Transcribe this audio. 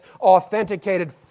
authenticated